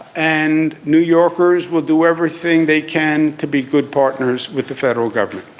and new yorkers will do everything they can to be good partners with the federal government.